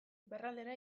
iparraldera